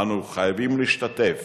אנו חייבים להשתתף